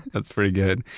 that's pretty good.